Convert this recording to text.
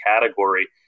category